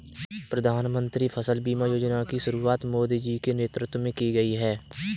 प्रधानमंत्री फसल बीमा योजना की शुरुआत मोदी जी के नेतृत्व में की गई है